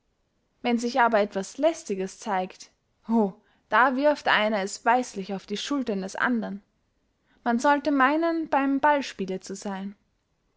wenn sich aber etwas lästiges zeigt o da wirft einer es weislich auf die schultern des andern man sollte meynen beym ballspiele zu seyn